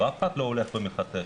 ואף אחד לא הולך ומחטא שם.